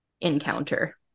encounter